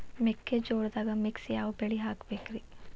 ಮೆಕ್ಕಿಜೋಳದಾಗಾ ಮಿಕ್ಸ್ ಯಾವ ಬೆಳಿ ಹಾಕಬೇಕ್ರಿ?